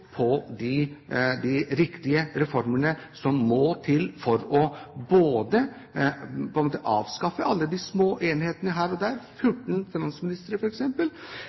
de viktige reformene som må til både for å avskaffe alle de små enhetene her og der – 14